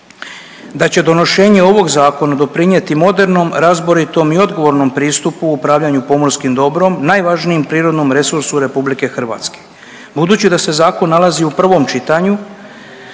da će donošenje ovog zakona doprinijeti modernom, razboritom i odgovornom pristupu u upravljanju pomorskim dobrom, najvažnijim prirodnim resursom RH. Budući da se zakon nalazi u prvom čitanju,